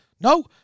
No